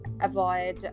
avoid